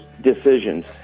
decisions